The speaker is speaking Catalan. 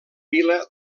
vila